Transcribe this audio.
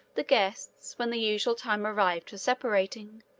the guests, when the usual time arrived for separating,